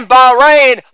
Bahrain